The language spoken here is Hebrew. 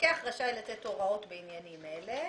המפקח רשאי לתת הוראות בענייניים אלה.